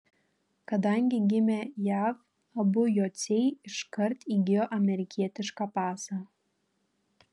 kadangi gimė jav abu jociai iškart įgijo amerikietišką pasą